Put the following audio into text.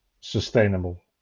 sustainable